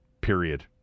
period